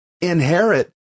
inherit